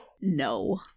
No